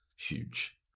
huge